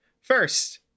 First